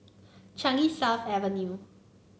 Changi South Avenue